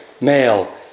male